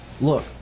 look